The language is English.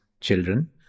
children